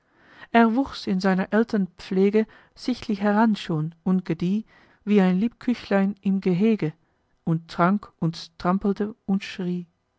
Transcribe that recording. er wuchs in seiner eltern pflege sichtlich heran schon und gedieh wie ein lieb küchlein im gehege und trank und strampelte und schrie